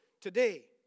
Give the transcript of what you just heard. today